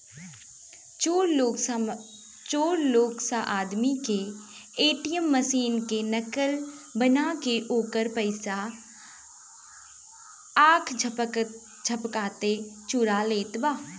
चोर लोग स आदमी के ए.टी.एम मशीन के नकल बना के ओकर पइसा आख झपकते चुरा लेत बा